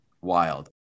wild